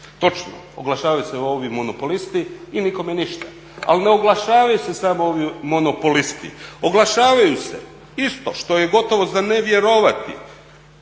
Točno, oglašavaju se ovi monopolisti i nikome ništa, ali ne oglašavaju se samo ovi monopolisti. Oglašavaju se isto, što je gotovo za ne vjerovati